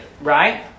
right